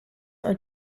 are